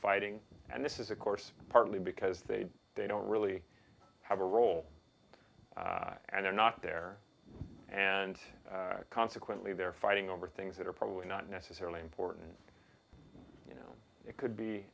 fighting and this is of course partly because they they don't really have a role and they're not there and consequently they're fighting over things that are probably not necessarily important it could be